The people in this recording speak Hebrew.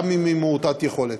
גם אם היא מעוטת יכולת,